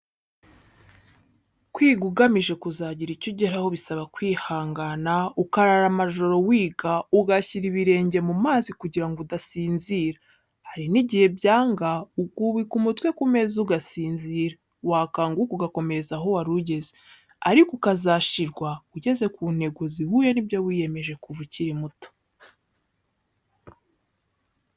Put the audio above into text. Kwiga ugamije kuzagira icyo ugeraho bisaba kwihangana, ukarara amajoro wiga, ugashyira ibirenge mu mazi kugirango udasinzira, hari n'igihe byanga ukubika umutwe ku meza ugasinzira, wakanguka ugakomereza aho wari ugeze, ariko ukazashirwa ugeze ku ntego zihuye n'ibyo wiyemeje, kuva ukiri muto.